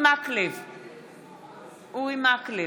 אורי מקלב,